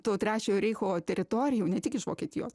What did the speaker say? to trečiojo reicho teritorijų ne tik iš vokietijos